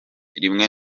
rimwe